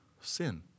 sin